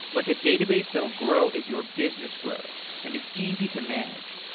like a database that will grow as your business grows and is easy to manage.